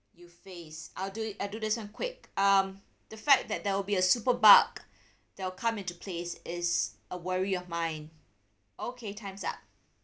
you face I'll do I'll do this one quick um the fact that there will be a super bug that'll come into place is a worry of mine okay time's up